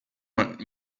want